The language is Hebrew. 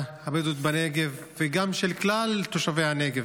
הבדואית בנגב וגם של כלל תושבי הנגב,